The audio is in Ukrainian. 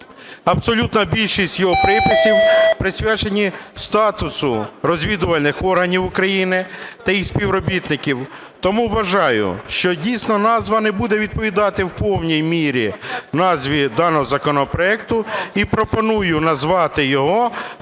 абсолютна більшість його приписів присвячені статусу розвідувальних органів України та їх співробітників. Тому вважаю, що, дійсно, назва не буде відповідати в повній мірі назві даного законопроекту і пропоную назвати його